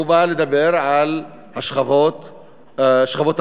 הוא בא לדבר על שכבות הביניים,